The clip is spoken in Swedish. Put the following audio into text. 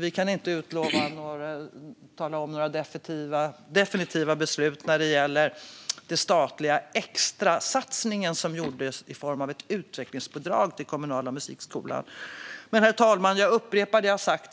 Vi kan inte berätta om några definitiva beslut när det gäller den statliga extrasatsning som gjordes i form av ett utvecklingsbidrag till kulturskolan. Men, herr talman, jag upprepar det jag har sagt: